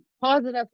positive